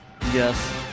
Yes